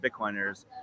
Bitcoiners